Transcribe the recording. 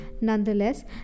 Nonetheless